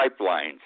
pipelines